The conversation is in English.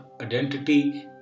identity